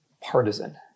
partisan